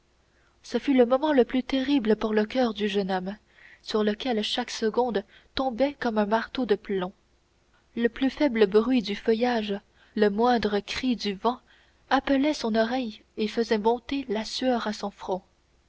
ce fut le moment le plus terrible pour le coeur du jeune homme sur lequel chaque seconde tombait comme un marteau de plomb le plus faible bruit du feuillage le moindre cri du vent appelaient son oreille et faisaient monter la sueur à son front